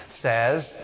says